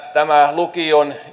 lukion